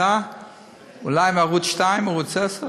העבירו את הצעת החוק,